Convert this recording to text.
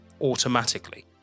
automatically